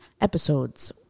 Episodes